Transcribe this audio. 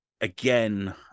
again